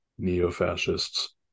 neo-fascists